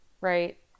right